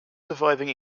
surviving